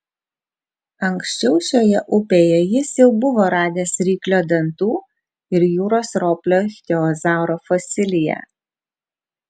anksčiau šioje upėje jis jau buvo radęs ryklio dantų ir jūros roplio ichtiozauro fosiliją